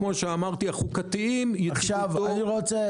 כמו שאמרתי --- אני רוצה